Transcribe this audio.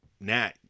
Nat